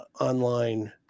online